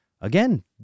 Again